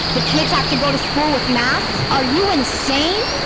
the kids have to go to school with masks. are you insane?